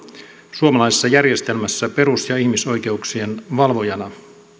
suomalaisessa järjestelmässä perus ja ihmisoikeuksien valvojana